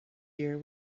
year